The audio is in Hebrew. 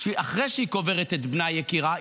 שאחרי שהיא קוברת את בנה יקירה,